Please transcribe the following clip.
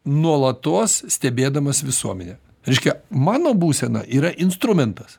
nuolatos stebėdamas visuomenę reiškia mano būsena yra instrumentas